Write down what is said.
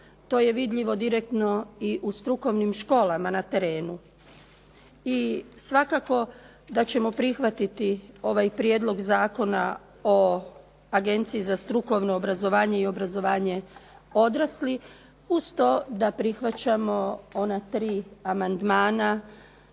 To je vidljivo direktno i u strukovnim školama na terenu. I svakako da ćemo prihvatiti ovaj prijedlog Zakona o agenciji za strukovno obrazovanje i obrazovanje odraslih, uz to da prihvaćamo ona tri amandmana